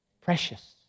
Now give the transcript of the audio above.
Precious